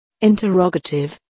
Interrogative